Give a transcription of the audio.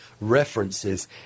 references